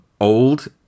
Old